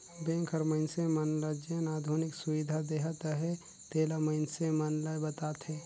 bank हर मइनसे मन ल जेन आधुनिक सुबिधा देहत अहे तेला मइनसे मन ल बताथे